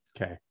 Okay